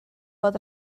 fod